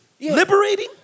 liberating